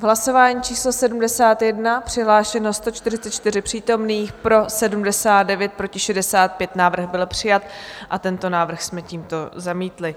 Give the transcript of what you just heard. V hlasování číslo 71 přihlášeno 144 přítomných, pro 79, proti 65, návrh byl přijat a tento návrh jsme tímto zamítli.